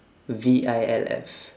V I L F